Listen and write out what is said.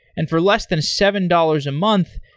and for less than seven dollars a month,